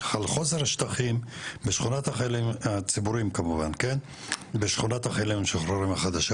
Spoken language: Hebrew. של חוסר השטחים הציבוריים בשכונת החיילים המשוחררים החדשה.